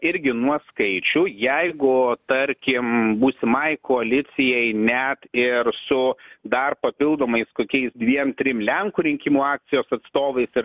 irgi nuo skaičių jeigu tarkim būsimai koalicijai net ir su dar papildomais kokiais dviem trim lenkų rinkimų akcijos atstovais ir